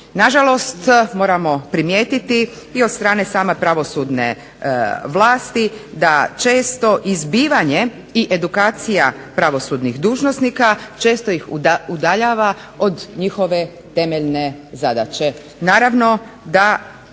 Nažalost, moramo primijetiti i od strane same pravosudne vlasti da često izbivanje i edukacija pravosudnih dužnosnika često ih udaljava od njihove temeljne zadaće.